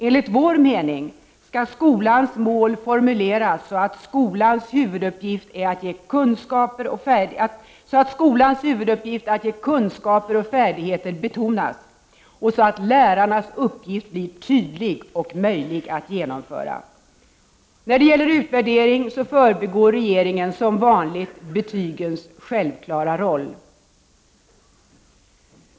Enligt vår mening skall skolans mål formuleras så, att skolans huvuduppgift att ge kunskaper och färdigheter betonas och så att lärarnas uppgift blir tydlig och möjlig att genomföra. När det gäller utvärdering förbigår regeringen som vanligt betygens självklara roll.